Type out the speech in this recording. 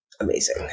amazing